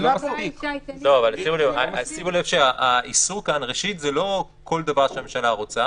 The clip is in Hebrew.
היא אומרת לך שהם לא נותנים